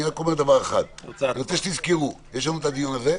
אני רק מזכיר לכם שיש את הדיון הזה,